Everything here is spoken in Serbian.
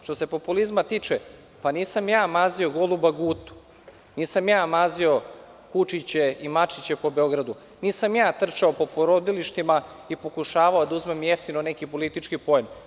Što se populizma tiče, nisam ja mazio goluba Gutu, nisam ja mazio kučiće i mačiće po Beogradu, nisam ja trčao po porodilištima i pokušavao da uzmem jeftino neki politički poen.